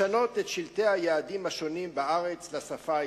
לשנות את שלטי היעדים השונים בארץ לשפה העברית.